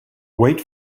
wait